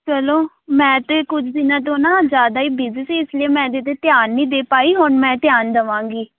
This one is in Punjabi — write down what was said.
ਚਲੋ ਮੈਂ ਤਾਂ ਕੁਝ ਦਿਨਾਂ ਤੋਂ ਨਾ ਜ਼ਿਆਦਾ ਹੀ ਬਿਜ਼ੀ ਸੀ ਇਸ ਲਈ ਮੈਂ ਇਹਦੇ 'ਤੇ ਧਿਆਨ ਨਹੀਂ ਦੇ ਪਾਈ ਹੁਣ ਮੈਂ ਧਿਆਨ ਦੇਵਾਂਗੀ